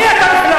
מי אתה בכלל?